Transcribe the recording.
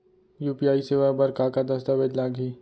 UPI सेवा बर का का दस्तावेज लागही?